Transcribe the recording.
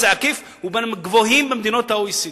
זה מס עקיף והוא בין הגבוהים במדינות ה-OECD.